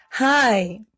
Hi